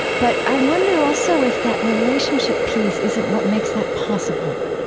but i wonder also if that relationship piece isn't what makes that possible